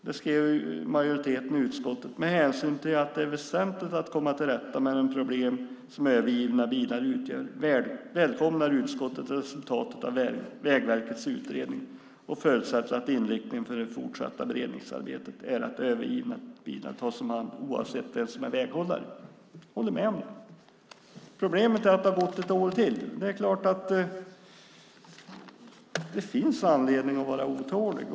Då skrev majoriteten i utskottet: "Med hänsyn till att det är väsentligt att komma till rätta med de problem som övergivna bilar utgör välkomnar utskottet resultatet av Vägverkets utredning och förutsätter att inriktningen för det fortsatta beredningsarbetet är att övergivna bilar tas om hand oavsett vem som är väghållare." Jag håller med om det. Problemet är att det har gått ett år till. Det är klart att det finns anledning att vara otålig.